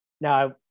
Now